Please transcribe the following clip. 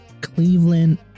cleveland